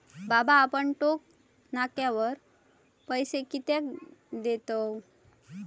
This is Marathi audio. बाबा आपण टोक नाक्यावर पैसे कित्याक देतव?